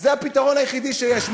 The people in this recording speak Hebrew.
זה הפתרון היחידי שיש.